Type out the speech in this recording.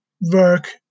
work